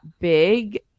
big